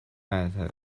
much